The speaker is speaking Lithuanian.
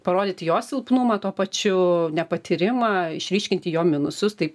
parodyti jo silpnumą tuo pačiu nepatyrimą išryškinti jo minusus taip